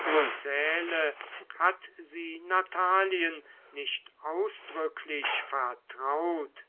erzähle hat sie natalien nicht ausdrücklich vertraut